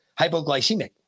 hypoglycemic